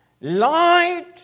Light